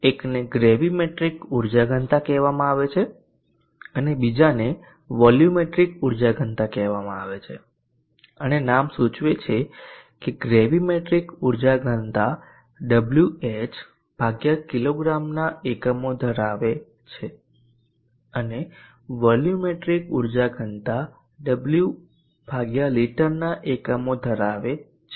એકને ગ્રેવીમેટ્રિક ઉર્જા ઘનતા કહેવામાં આવે છે અને બીજાને વોલ્યુમેટ્રિક ઉર્જા ઘનતા કહેવામાં આવે છે અને નામ સૂચવે છે કે ગ્રેવીમેટ્રિક ઉર્જા ઘનતા ડબ્લ્યુએચ કિગ્રાના એકમો ધરાવે છે અને વોલ્યુમેટ્રિક ઉર્જા ઘનતા ડબલ્યુ લિટરના એકમો ધરાવે છે